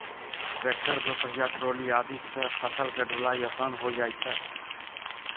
tractor, दो पहिया trolley आदि सॅ फसल के ढुलाई आसान होय जाय छै